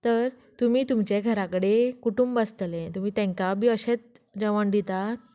तर तुमी तुमचे घरा कडेन कुटुंब आसतले तुमी तेंका बी अशें जेवण दितात